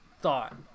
thought